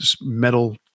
metal